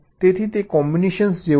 તેથી તે કોમ્બિનેશન જેવું છે